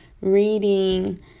reading